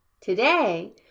Today